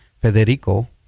Federico